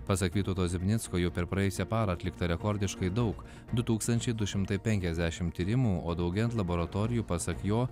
pasak vytauto zimnicko jau per praėjusią parą atlikta rekordiškai daug du tūkstančiai du šimtai penkiasdešimt tyrimų o daugėjant laboratorijų pasak jo